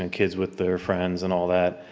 and kids with their friends and all that.